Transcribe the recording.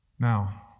Now